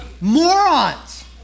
Morons